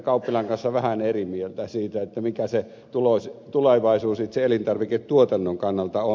kauppilan kanssa vähän eri mieltä siitä mikä se tulevaisuus itse elintarviketuotannon kannalta on